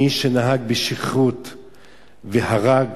מי שנהג בשכרות והרג,